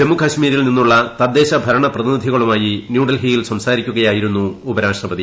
ജമ്മുകാശ്മീരിൽ നിന്നുള്ള തദ്ദേശ ഭരുണ് പ്രതിനിധികളുമായി ന്യൂഡൽഹിയിൽ സംസാരിക്കുകയായിരുന്നുംഉപരാഷ്ട്രപതി